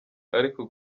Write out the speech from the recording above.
ariko